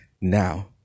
now